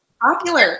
Popular